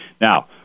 Now